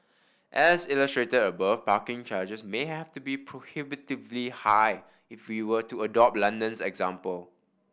as illustrated above parking charges may have to be prohibitively high if we were to adopt London's example